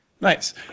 Nice